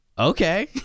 Okay